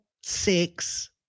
six